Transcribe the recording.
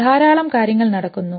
ധാരാളം കാര്യങ്ങൾ നടക്കുന്നു